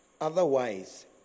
Otherwise